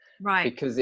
right